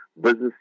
business